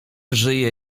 żyje